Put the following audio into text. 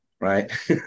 Right